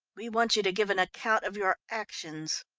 we want you to give an account of your actions.